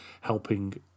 helping